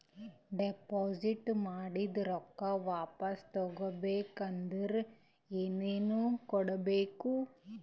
Deposit ಮಾಡಿದ ರೊಕ್ಕ ವಾಪಸ್ ತಗೊಬೇಕಾದ್ರ ಏನೇನು ಕೊಡಬೇಕು?